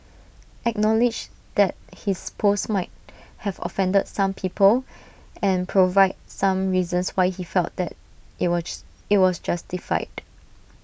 acknowledge that his post might have offended some people and provide some reasons why he felt that IT was IT was justified